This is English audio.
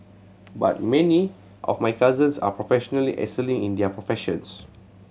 but many of my cousins are professionally excelling in their professions